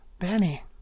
Benny